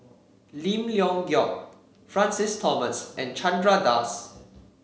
Lim Leong Geok Francis Thomas and Chandra Das